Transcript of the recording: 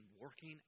working